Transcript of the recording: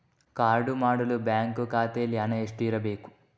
Card ಮಾಡಲು bank ಖಾತೆಯಲ್ಲಿ ಹಣ ಎಷ್ಟು ಇರಬೇಕು?